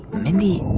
mindy,